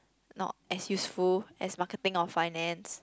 not as useful as marketing or finance